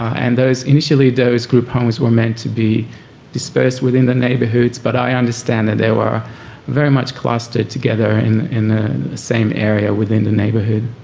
and initially those group homes were meant to be dispersed within the neighbourhood but i understand that they were very much clustered together and in the same area within the neighbourhood.